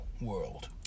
world